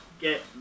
get